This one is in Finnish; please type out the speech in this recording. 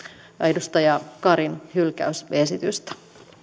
edustaja karin hylkäysesitystä